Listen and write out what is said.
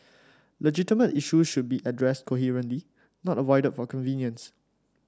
legitimate issues should be addressed coherently not avoided for convenience